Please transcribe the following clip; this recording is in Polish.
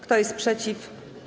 Kto jest przeciw?